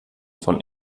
von